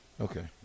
Okay